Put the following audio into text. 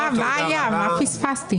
מה פספסתי?